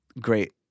great